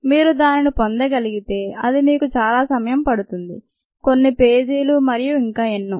మీరు దానిని పొందగలిగితే అది మీకు చాలా సమయం పడుతుంది కొన్ని పేజీలు మరియు ఇంకా ఎన్నో